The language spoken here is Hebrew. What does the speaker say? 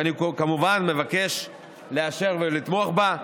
ואני כמובן מבקש לאשר ולתמוך בה.